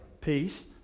peace